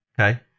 Okay